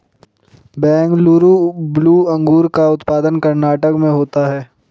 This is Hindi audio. बेंगलुरु ब्लू अंगूर का उत्पादन कर्नाटक में होता है